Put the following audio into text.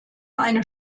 eine